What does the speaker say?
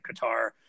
Qatar